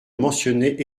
mentionner